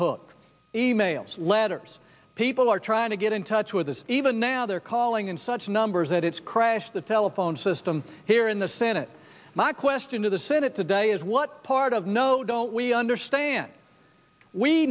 hook e mails letters people are trying to get in touch with us even now they're calling in such numbers that it's crashed the telephone system here in the senate my question to the senate today is what part of no don't we understand we